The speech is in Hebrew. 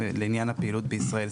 שזה לעניין הפעילות בישראל,